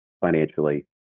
financially